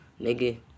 Nigga